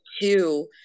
two